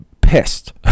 pissed